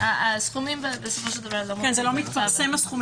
הסכומים לא מתפרסמים,